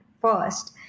first